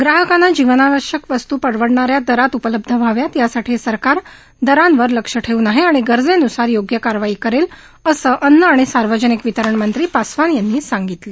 ग्राहकांना जीवनावश्यक वस्तू परवडणाऱ्या दरात उपलब्ध व्हाव्यात यासाठी सरकार दरांवर लक्ष ठेवून आहे आणि गरजेनुसार योग्य कारवाई करेल असं अन्न आणि सार्वजनिक वितरण मंत्री पासवान यांनी सांगितलं